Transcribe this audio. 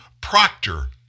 proctor